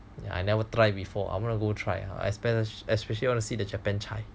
yeah I never try before I'm gonna go try ah I especially want to see the Japan chai